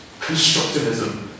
constructivism